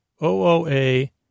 O-O-A